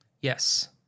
Yes